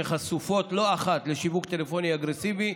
שחשופות לא אחת לשיווק טלפוני אגרסיבי,